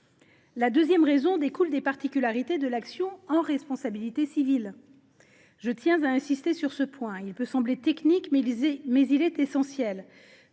La deuxième raison découle des particularités de l’action en responsabilité civile. Je tiens à insister sur ce point, d’apparence technique, mais qui est essentiel.